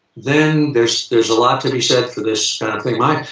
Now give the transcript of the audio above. then there's there's a lot to be said for this kind of thing.